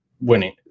winning